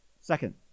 Second